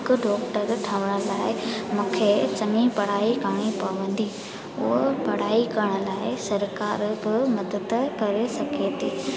हिकु डॉक्टर ठहण लाइ मूंखे चङी पढ़ाई करिणी पवंदी उहा पढ़ाई करणु लाइ सरकार बि मदद करे सघे थी